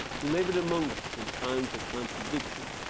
who labored among us in times of contradiction,